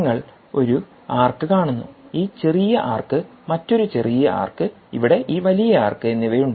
നിങ്ങൾ ഒരു ആർക്ക് കാണുന്നു ഒരു ചെറിയ ആർക്ക് മറ്റൊരു ചെറിയ ആർക്ക് ഇവിടെ ഈ വലിയ ആർക്ക് എന്നിവയുണ്ട്